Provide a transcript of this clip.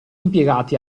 impiegati